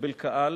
מקבל קהל,